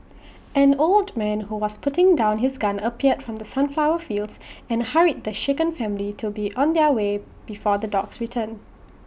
an old man who was putting down his gun appeared from the sunflower fields and hurried the shaken family to be on their way before the dogs return